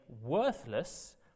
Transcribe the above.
worthless